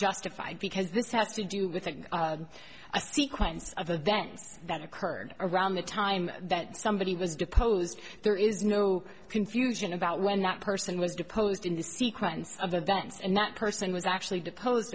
justified because this has to do with a sequence of events that occurred around the time that somebody was deposed there is no confusion about when that person was deposed in the sequence of events and that person was actually depose